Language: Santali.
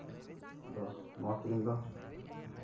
ᱟᱫᱚ ᱱᱚᱣᱟ ᱠᱨᱤᱢ ᱫᱚ